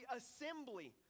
assembly